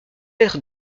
être